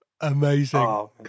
Amazing